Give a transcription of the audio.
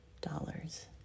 dollars